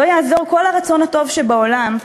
לא יעזור כל הרצון הטוב שבעולם,